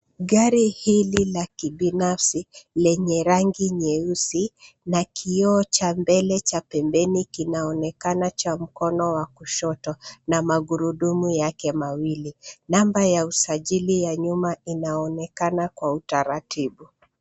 Gari hili la kibinafsi lenye rangi nyeusi na kioo cha mbele cha pembeni kinaonekana cha mkono wa kushoto na magurudumu yake mawili. Namba ya usajili ya nyuma inaonekana kwa utaratibu.